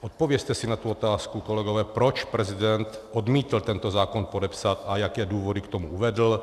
Odpovězte si na tu otázku, kolegové, proč prezident odmítl tento zákon podepsat a jaké důvody k tomu uvedl.